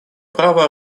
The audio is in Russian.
права